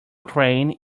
crane